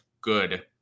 good